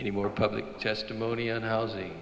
anymore public testimony and housing